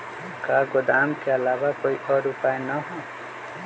का गोदाम के आलावा कोई और उपाय न ह?